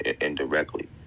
indirectly